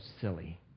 silly